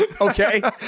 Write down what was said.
okay